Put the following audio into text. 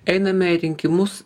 einame į rinkimus